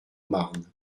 marne